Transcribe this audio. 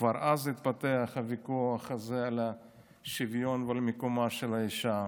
כבר אז התפתח הוויכוח הזה על השוויון ועל מקומה של האישה.